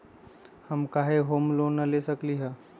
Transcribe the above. हम काहे home loan न ले सकली ह?